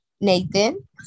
Nathan